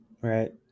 Right